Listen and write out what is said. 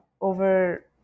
over